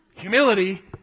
Humility